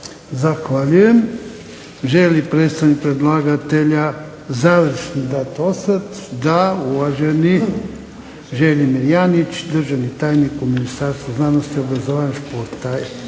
Zahvaljujem. Želi li predstavnik predlagatelja završno dati osvrt? Da. Želimir Janjić, državni tajnik u Ministarstvu znanosti, obrazovanja i športa.